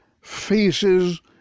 faces